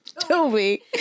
Toby